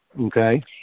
Okay